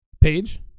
page